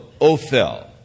Ophel